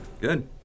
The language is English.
Good